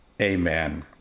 amen